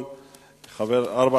ביום ח'